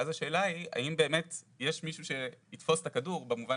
ואז השאלה היא האם באמת יש מישהו שיתפוס את הכדור במובן